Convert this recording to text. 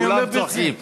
כולם צוחקים.